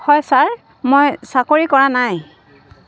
হয় ছাৰ মই চাকৰি কৰা নাই